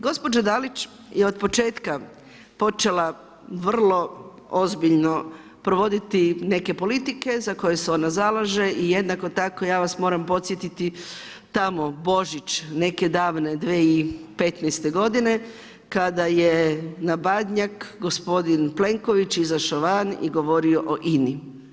Gospođa Dalić je otpočetka počela vrlo ozbiljno provoditi neke politike za koje se ona zalaže i jednako tako ja vas moram podsjetiti tamo Božić, neke davne 2015. godine kada je na Badnjak gospodin Plenković izašao van i govorio o INA-i.